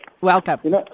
Welcome